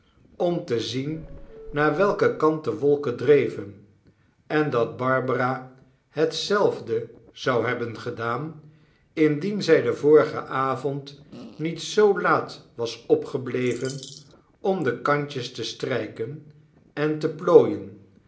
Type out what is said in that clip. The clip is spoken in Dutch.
om te zien naar welken kant de wolken dreven en dat barbara hetzelfde zou hebben gedaan indien zij den vorigen avond niet zoo laat was opgebleven om de kantjes te strijken en te plooien